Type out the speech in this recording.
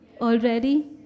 already